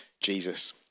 Jesus